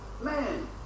man